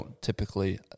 typically